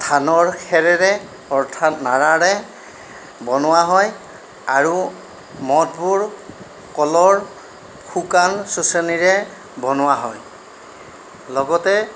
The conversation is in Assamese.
ধানৰ খেৰেৰে অৰ্থাৎ নৰাৰে বনোৱা হয় আৰু মঠবোৰ কলৰ শুকান চচনিৰে বনোৱা হয় লগতে